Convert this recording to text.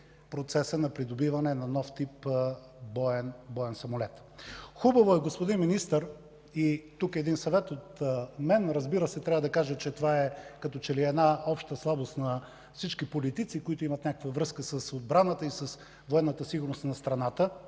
на придобиване на нов тип боен самолет. Хубаво е, господин Министър, и тук един съвет от мен – разбира се, трябва да кажа, че това е една обща слабост на всички политици, които имат някаква връзка с отбраната и с военната сигурност на страната